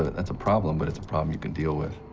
that's a problem, but it's a problem you can deal with.